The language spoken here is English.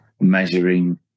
measuring